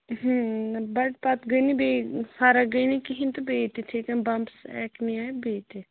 بَٹ پَتہٕ گٔے نہٕ بیٚیہِ فرق گٔے نہٕ کِہیٖنۍ تہٕ بیٚیہِ تِتھَے کٔنۍ بمپٕس اٮ۪کنی آے بیٚیہِ تہِ